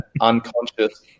unconscious